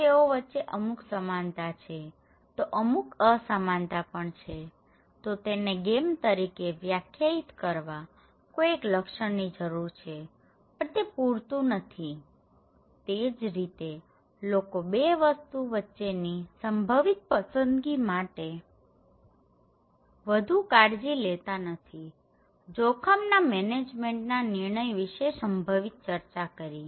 તો તેઓ વચ્ચે અમુક સમાનતા છે તો અમુક અસમાનતા પણ છે તો તેને ગેમ તરીકે વ્યાખ્યાયિત કરવા કોઈ એક લક્ષણ જરૂરી છે પણ તે પૂરતું નથીતે જ રીતે લોકો બે વસ્તુ વચ્ચેની સંભવિત પસંદગી માટે વધુ કાળજી લેતા નથીજોખમના મેનેજમેન્ટના નિર્ણય વિશે સંભવિત ચર્ચા કરી